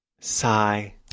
Sigh